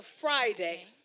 Friday